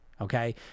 Okay